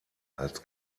als